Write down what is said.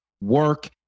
work